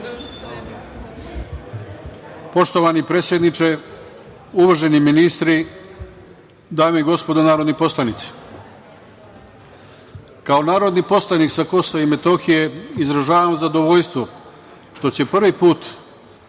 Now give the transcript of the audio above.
Poštovani predsedniče, uvaženi ministri, dame i gospodo narodni poslanici, kao narodni poslanik sa KiM izražavam zadovoljstvo što će prvi put